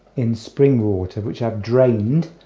in spring water which i've drained